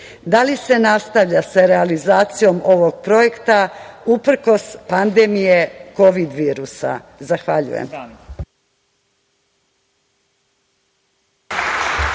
Da li se nastavlja sa realizacijom ovog projekta uprkos pandemije kovid virusa? Zahvaljujem.